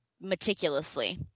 Meticulously